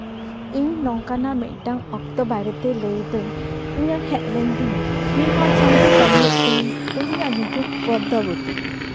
ᱤᱧ ᱱᱚᱝᱠᱟᱱᱟᱜ ᱢᱤᱫᱴᱟᱝ ᱚᱠᱛᱚ ᱵᱟᱨᱮᱛᱮ ᱞᱟᱹᱭ ᱮᱫᱟᱹᱧ ᱤᱧᱟᱹᱜ ᱦᱮᱡ ᱞᱮᱱ ᱛᱤᱧᱟᱹ ᱢᱤᱫ ᱦᱚᱲ ᱥᱟᱶᱛᱮ ᱠᱟᱹᱢᱤᱭᱮᱫ ᱛᱟᱦᱮᱸᱱᱟᱹᱧ ᱩᱱᱤᱭᱟᱜ ᱧᱩᱛᱩᱢ ᱯᱚᱫᱽᱫᱟᱵᱚᱛᱤ